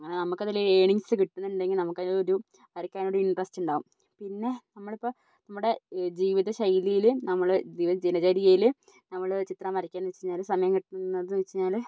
അങ്ങനെ നമുക്ക് അതിൽ ഒരു ഏർണിങ്ങ്സ് കിട്ടുന്നുണ്ടെങ്കിൽ നമുക്ക് അതിലൊരു വരയ്ക്കാൻ ഒരു ഇൻ്ററസ്റ്റ് ഉണ്ടാവും പിന്നെ നമ്മൾ ഇപ്പോൾ നമ്മുടെ ജീവിതശൈലിയിൽ നമ്മൾ ദിനചര്യയിൽ നമ്മൾ ചിത്രം വരയ്ക്കുകയെന്ന് വെച്ച് കഴിഞ്ഞാൽ സമയം കിട്ടുന്നത് എന്ന് വെച്ചുകഴിഞ്ഞാൽ